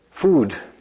Food